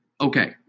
Okay